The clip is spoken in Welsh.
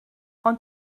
ond